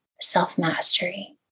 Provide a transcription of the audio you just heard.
self-mastery